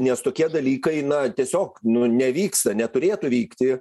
nes tokie dalykai na tiesiog nu nevyksta neturėtų vykti